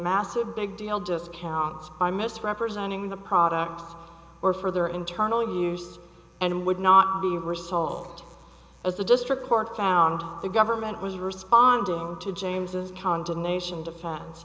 massive big deal just counts by misrepresenting the product or for their internal use and would not be resold as a district court found the government was responding to james's condemnation defense